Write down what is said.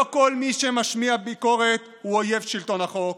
לא כל מי שמשמיע ביקורת הוא אויב שלטון החוק